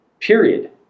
period